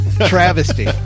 travesty